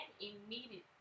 immediately